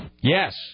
Yes